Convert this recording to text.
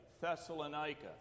Thessalonica